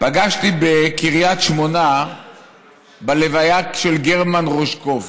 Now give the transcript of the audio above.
פגשתי בקריית שמונה בלוויה של גרמן רוז'קוב,